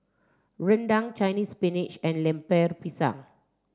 Rendang Chinese Spinach and Lemper Pisang